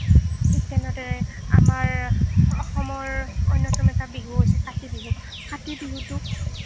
ঠিক তেনেদৰে আমাৰ অসমৰ অন্যতম এটা বিহু হৈছে কাতি বিহু কাতি বিহুটো